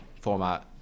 format